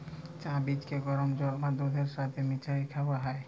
চাঁ বীজকে গরম জল বা দুহুদের ছাথে মিশাঁয় খাউয়া হ্যয়